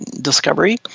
discovery